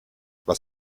was